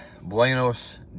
Buenos